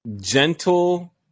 gentle